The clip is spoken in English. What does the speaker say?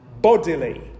bodily